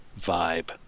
vibe